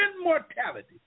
immortality